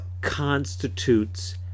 constitutes